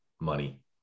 money